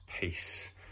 peace